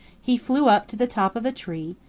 he flew up to the top of a tree,